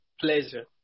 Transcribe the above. pleasure